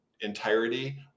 entirety